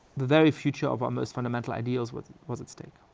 the very future of our most fundamental ideals was was at stake.